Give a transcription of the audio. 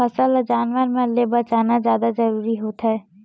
फसल ल जानवर मन ले बचाना जादा जरूरी होवथे